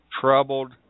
troubled